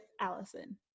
Allison